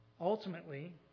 Ultimately